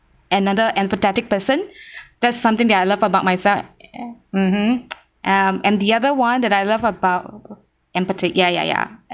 another empathetic person that's something that I love about myself mmhmm uh and the other one that I love about empathy ya ya ya